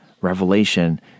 revelation